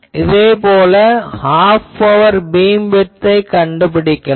இதேபோல half power beamwidth கண்டுபிடிக்கலாம்